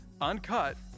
uncut